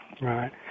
Right